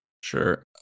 Sure